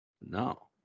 No